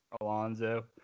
Alonzo